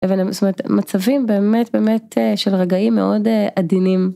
מצבים באמת באמת של רגעים מאוד עדינים.